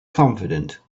confident